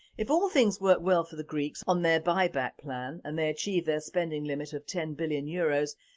if all things work well for the greeks on their buyback plan and they achieve their spending limit of ten billion euros,